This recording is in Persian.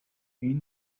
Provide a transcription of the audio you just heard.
این